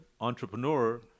entrepreneur